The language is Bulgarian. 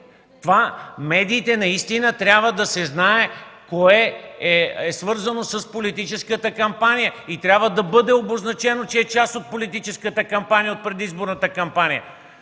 В медиите трябва да се знае кое е свързано с политическата кампания и трябва да бъде обозначено, че е част от политическата, от предизборната кампания.